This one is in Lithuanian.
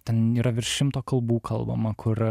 ten yra virš šimto kalbų kalbama kur